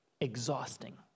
exhausting